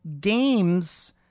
games